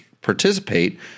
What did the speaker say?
participate